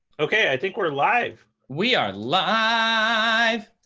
ok, i think we're live. we are live.